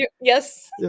Yes